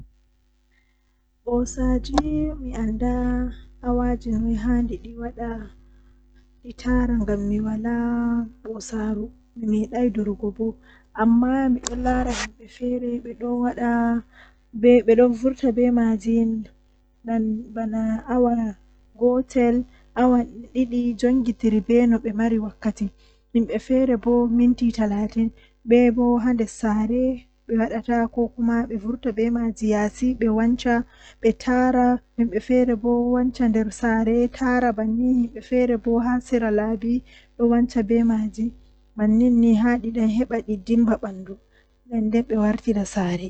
Ko waɗi mi yiɗi ahoosa am kuugal haa babal kuugal ma ngam to ahoosi an mi habdan sosai haa kampani ma, Mi wannete kuugal no amari haaje nden mi tiɗdo masin mi wannete kala ko ayiɗi fu kala ko ayiɗi pat mi wannete haa babal kuugal ma ngam kampani man yaha yeedo.